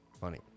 Funny